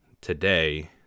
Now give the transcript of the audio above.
today